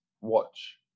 Watch